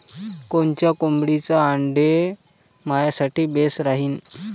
कोनच्या कोंबडीचं आंडे मायासाठी बेस राहीन?